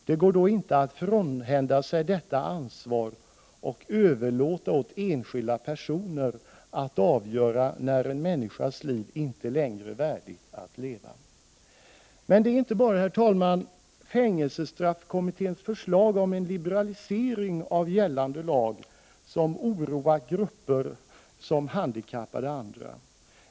Det går då inte att frånhända sig detta ansvar och överlåta åt enskilda personer att avgöra när en människas liv inte längre är värt att leva. Men det är inte bara, herr talman, fängelsestraffkommitténs förslag om liberalisering av gällande lag som oroar grupper som handikappade och andra.